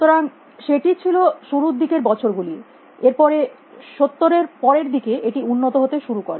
সুতরাং সেটি ছিল শুরুর দিকের বছর গুলি এর পরে 70 এর পরের দিকে এটি উন্নত হতে শুরু করে